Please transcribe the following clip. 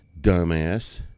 dumbass